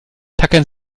tackern